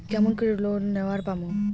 কেমন করি লোন নেওয়ার পামু?